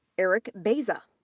eric baeza,